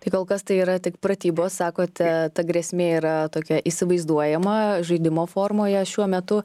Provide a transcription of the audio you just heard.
tai kol kas tai yra tik pratybos sakote ta grėsmė yra tokia įsivaizduojama žaidimo formoje šiuo metu